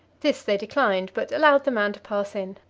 this they declined, but allowed the man to pass in.